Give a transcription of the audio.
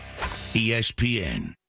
ESPN